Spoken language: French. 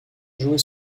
jouait